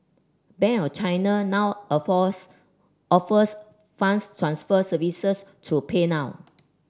Bank of China now offers offers funds transfer services through PayNow